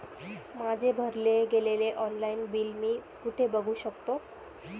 माझे भरले गेलेले ऑनलाईन बिल मी कुठे बघू शकतो?